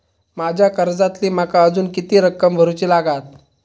माझ्या कर्जातली माका अजून किती रक्कम भरुची लागात?